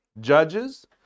Judges